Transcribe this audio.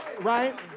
right